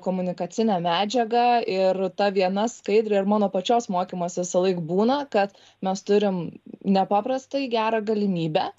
komunikacinę medžiagą ir ta viena skaidrė ir mano pačios mokymuos visąlaik būna kad mes turim nepaprastai gerą galimybę